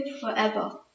forever